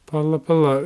pala pala